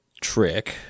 trick